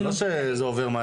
זה לא שזה עובר מעלינו.